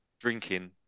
drinking